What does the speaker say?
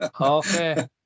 Okay